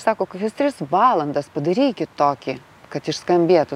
sako kokias tris valandas padarykit tokį kad išskambėtų